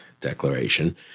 declaration